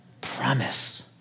Promise